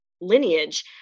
lineage